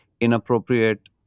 inappropriate